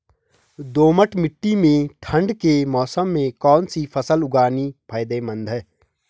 दोमट्ट मिट्टी में ठंड के मौसम में कौन सी फसल उगानी फायदेमंद है?